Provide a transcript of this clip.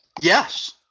Yes